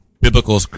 biblical